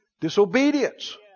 disobedience